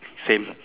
same